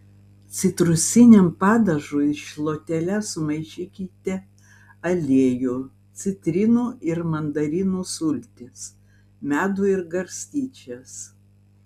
citrusiniam padažui šluotele sumaišykite aliejų citrinų ir mandarinų sultis medų ir garstyčias